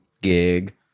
gig